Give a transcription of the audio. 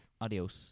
Adios